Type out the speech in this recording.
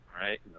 right